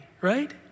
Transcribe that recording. right